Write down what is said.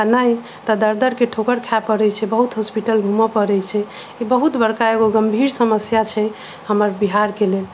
आ नहि तऽ दर दरके ठोकर खाइ पड़ैत छै बहुत हॉस्पिटल घुमऽ पड़ैत छै ई बहुत बड़का एगो गम्भीर समस्या छै हमर बिहारके लेल